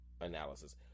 analysis